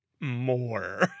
more